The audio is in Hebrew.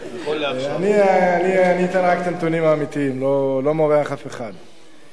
אני אתן רק את הנתונים האמיתיים, לא מורח אף אחד.